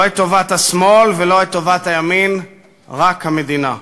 לא את טובת השמאל ולא את טובת הימין, רק המדינה.